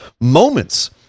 moments